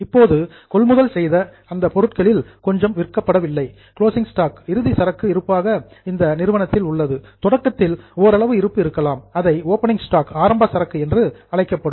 இப்போது கொள்முதல் செய்த அந்த பொருட்களில் கொஞ்சம் விற்கப்படவில்லை கிளோசிங் ஸ்டாக் இறுதி சரக்கு இருப்பாக இது நிறுவனத்தில் உள்ளது தொடக்கத்தில் ஓரளவு இருப்பு இருக்கலாம் இதை ஓபனிங் ஸ்டாக் ஆரம்ப சரக்கு இருப்பு என்று அழைக்கப்படுகிறது